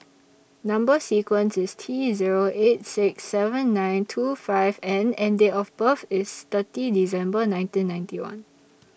Number sequence IS T Zero eight six seven nine two five N and Date of birth IS thirty December nineteen ninety one